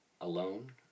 alone